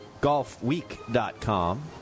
golfweek.com